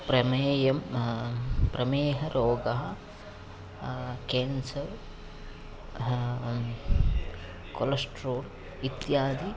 प्रमेयं प्रमेयरोगः cancer cholesterol इत्यादि